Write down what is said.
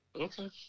Okay